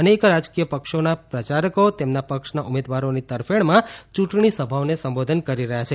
અનેક રાજકીય પક્ષોના પ્રચારકો તેમના પક્ષના ઉમેદવારોની તરફેણમાં યૂંટણી સભાઓને સંબોધન કરી રહ્યા છે